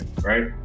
right